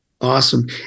Awesome